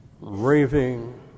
raving